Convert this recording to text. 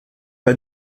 pas